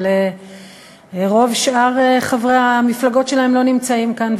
אבל רוב חברי המפלגות שלהם לא נמצאים כאן,